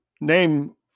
name